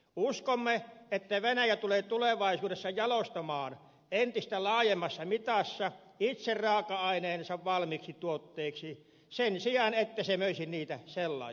uskomme että venäjä tulee tulevaisuudessa jalostamaan entistä laajemmassa mitassa itse raaka aineensa valmiiksi tuotteiksi sen sijaan että se myisi niitä sellaisenaan